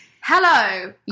hello